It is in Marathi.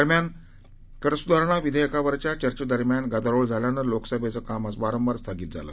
दरम्यान कर सुधारणा विधेयकावरच्या चर्चेदरम्यान गदारोळ झाल्यानं लोकसभेचं काम आज वारंवार स्थगित झालं